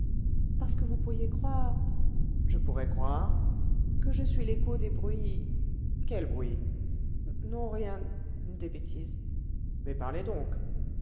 parce que vous pourriez croire je pourrais croire que je suis l'écho des bruits quels bruits non rien des bêtises mais parlez donc